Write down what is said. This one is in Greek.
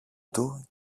του